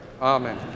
Amen